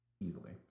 Easily